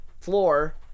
floor